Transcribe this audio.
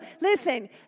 listen